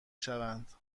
شوند